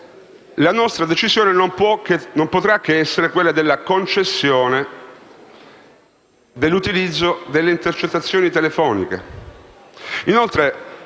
la nostra decisione non potrà che essere quella della concessione dell'utilizzo delle intercettazioni telefoniche.